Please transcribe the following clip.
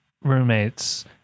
roommates